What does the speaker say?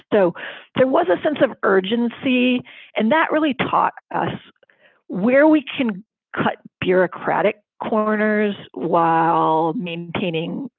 so there was a sense of urgency and that really taught us where we can cut bureaucratic corners while maintaining.